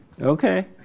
Okay